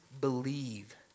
believe